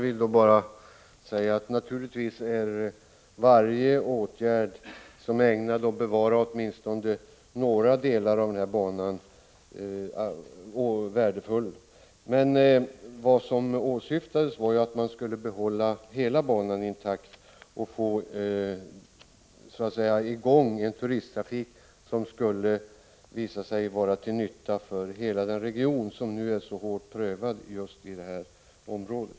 Herr talman! Varje åtgärd som är ägnad att bevara åtminstone några delar av banan är naturligtvis värdefull, men det som åsyftades var att man skulle bevara hela banan intakt och på så sätt få i gång en turisttrafik som skulle kunna visa sig vara till nytta för hela denna region, som är så hårt prövad just i det här området.